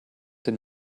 den